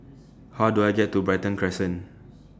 How Do I get to Brighton Crescent